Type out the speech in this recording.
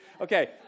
Okay